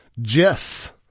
Jess